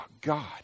God